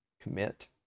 commit